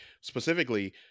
specifically